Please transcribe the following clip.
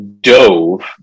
dove